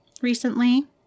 recently